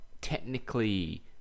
technically